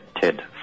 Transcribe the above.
Ted